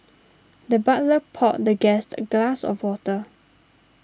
the butler poured the guest a glass of water